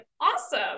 awesome